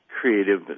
creative